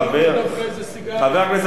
חבר,